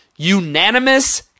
unanimous